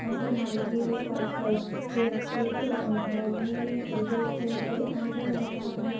असं मलाही वाटतं व्यक्तिक मत्त्व मी ही क्रिकेट खेळते आमच्या घरासमोर